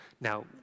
Now